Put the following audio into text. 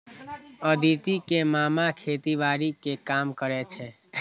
अदिति के मामा खेतीबाड़ी के काम करै छै